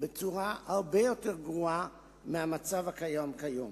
בצורה הרבה יותר גרועה מהמצב הקיים כיום.